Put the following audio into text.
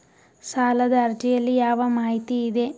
ಸಾಲದ ಅರ್ಜಿಯಲ್ಲಿ ಯಾವ ಮಾಹಿತಿ ಇದೆ?